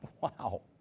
wow